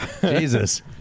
Jesus